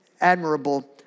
admirable